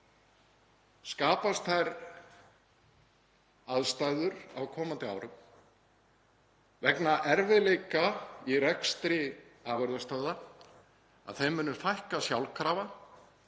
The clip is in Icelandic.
skapast þær aðstæður á komandi árum vegna erfiðleika í rekstri afurðastöðva að þeim muni fækka sjálfkrafa